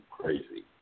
crazy